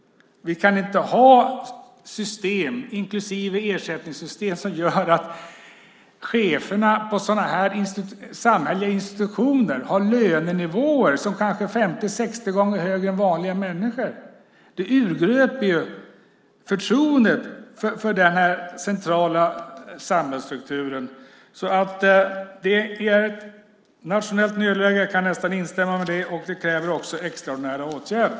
Vi kan inte ha system, inklusive ersättningssystem, som gör att cheferna på samhälleliga institutioner har löner som kanske är 50-60 gånger högre än vanliga människors. Det urgröper ju förtroendet för den centrala samhällsstrukturen. Det är ett nationellt nödläge; jag kan nästan instämma i det. Det kräver extraordinära åtgärder.